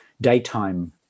daytime